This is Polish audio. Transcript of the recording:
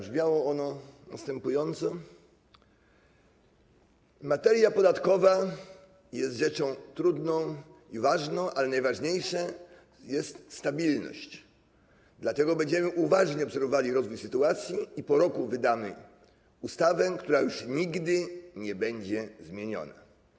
Brzmiało ono następująco: materia podatkowa jest rzeczą trudną i ważną, ale najważniejsza jest stabilność, dlatego będziemy uważnie obserwowali rozwój sytuacji i po roku wydamy ustawę, która już nigdy nie będzie zmieniona.